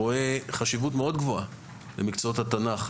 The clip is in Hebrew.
רואים חשיבות גבוהה מאוד למקצועות התנ"ך,